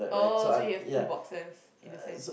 oh so you have two boxes in a sense